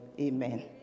Amen